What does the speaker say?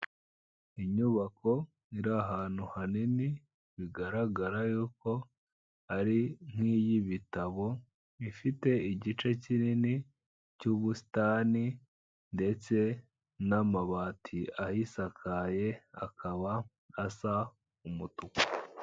Inyubako iri ahantu hanini, bigaragara y'uko ari nk'iy'ibitabo ifite igice kinini cyubusitani, ndetse n'amabati ayisakaye akaba asa umutuku.